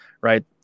Right